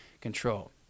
control